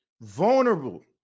vulnerable